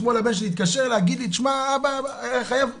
אתמול הילד שלי התקשר להגיד לי אבא חייב לספר,